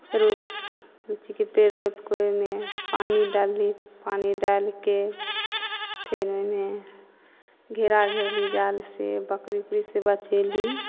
रोप लुच्चीके पेड़ रोपि कऽ ओहिमे पानि डालली पानि डालि कऽ फेन ओहिमे घेरा घेरली जालसँ बकरी उकरीसँ बचयली